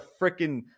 freaking